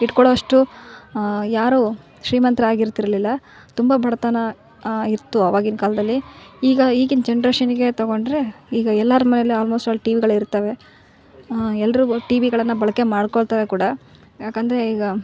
ಇಟ್ಕೊಳೋವಷ್ಟು ಯಾರು ಶ್ರೀಮಂತರಾಗಿರ್ತಿರ್ಲಿಲ್ಲ ತುಂಬ ಬಡತನ ಇತ್ತು ಅವಾಗಿನ ಕಾಲ್ದಲ್ಲಿ ಈಗ ಈಗಿನ ಜನ್ರೇಷನ್ಗೆ ತಗೊಂಡ್ರೆ ಈಗ ಎಲ್ಲಾರ ಮನೇಲು ಆಲ್ಮೋಸ್ಟ್ ಆಲ್ ಟಿ ವಿಗಳು ಇರ್ತವೆ ಎಲ್ಲರಿಗು ಟಿ ವಿಗಳನ್ನು ಬಳಕೆ ಮಾಡ್ಕೋಳ್ತಾರೆ ಕೂಡ ಯಾಕಂದ್ರೆ ಈಗ